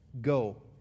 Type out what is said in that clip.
Go